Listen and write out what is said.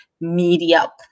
media